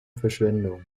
verschwendung